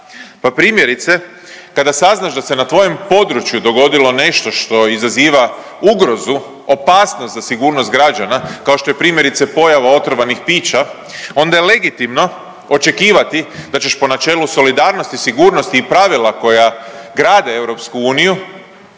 pa primjerice kada saznaš da se na tvojem području dogodilo nešto što izaziva ugrozu, opasnost za sigurnost građana kao što je primjerice pojava otrovanih pića, onda je legitimno očekivati da ćeš po načelu solidarnosti, sigurnosti i pravila koja grade EU